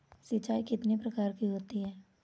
सिंचाई कितनी प्रकार की होती हैं?